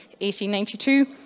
1892